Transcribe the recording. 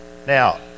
Now